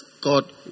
God